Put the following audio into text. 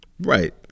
Right